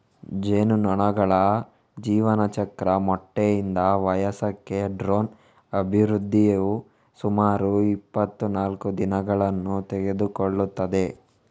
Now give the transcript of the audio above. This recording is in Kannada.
ಜೇನುನೊಣಗಳ ಜೀವನಚಕ್ರ ಮೊಟ್ಟೆಯಿಂದ ವಯಸ್ಕಕ್ಕೆ ಡ್ರೋನ್ನ ಅಭಿವೃದ್ಧಿಯು ಸುಮಾರು ಇಪ್ಪತ್ತನಾಲ್ಕು ದಿನಗಳನ್ನು ತೆಗೆದುಕೊಳ್ಳುತ್ತದೆ